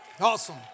Awesome